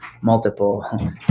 multiple